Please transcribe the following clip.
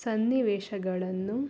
ಸನ್ನಿವೇಶಗಳನ್ನು